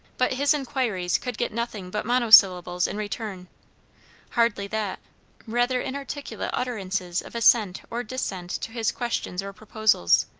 but his inquiries could get nothing but monosyllables in return hardly that rather inarticulate utterances of assent or dissent to his questions or proposals.